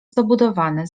zabudowane